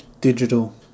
digital